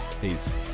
Peace